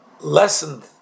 lessened